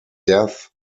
death